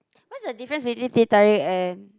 what's the difference between teh tarik and